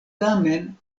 tamen